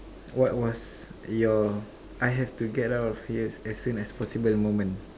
what was your I have to get out of here as soon as possible moment